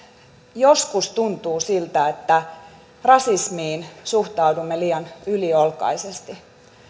joskus tuntuu siltä että rasismiin suhtaudumme liian yliolkaisesti